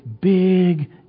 big